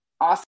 Awesome